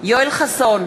יואל חסון,